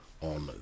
on